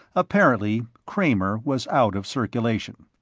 apparently kramer was out of circulation.